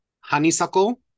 honeysuckle